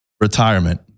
Retirement